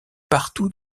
partout